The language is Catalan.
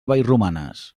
vallromanes